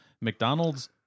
McDonald's